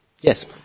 Yes